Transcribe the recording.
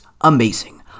amazing